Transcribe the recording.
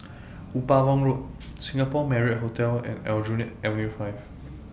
Upavon Road Singapore Marriott Hotel and Aljunied Avenue five